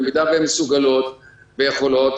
במידה והן מסוגלות ויכולות,